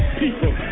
people